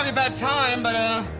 ah bad time but ah,